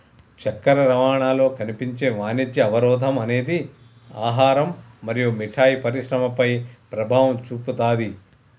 చక్కెర రవాణాలో కనిపించే వాణిజ్య అవరోధం అనేది ఆహారం మరియు మిఠాయి పరిశ్రమపై ప్రభావం చూపుతాది